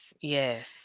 yes